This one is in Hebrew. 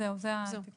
זהו, אלה התיקונים.